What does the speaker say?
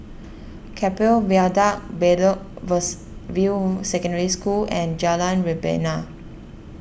Keppel Viaduct Bedok View Secondary School and Jalan Rebana